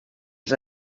els